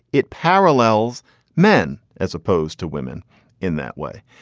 it parallels men as opposed to women in that way.